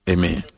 Amen